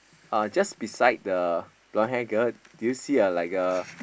uh just beside the blonde hair girl do you see a like a